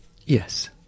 Yes